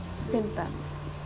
symptoms